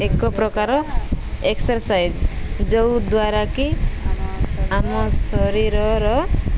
ଏକ ପ୍ରକାର ଏକ୍ସରସାଇଜ୍ ଯେଉଁଦ୍ୱାରାକିି ଆମ ଶରୀରର